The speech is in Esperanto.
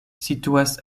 situas